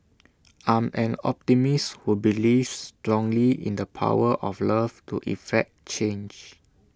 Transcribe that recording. I'm an optimist who believes strongly in the power of love to effect change